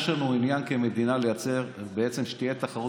יש לנו עניין כמדינה לייצר תחרות,